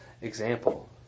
example